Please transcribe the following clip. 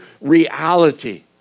reality